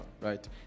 right